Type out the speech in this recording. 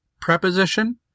preposition